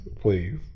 please